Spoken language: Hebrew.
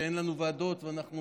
שאין לנו ועדות ואנחנו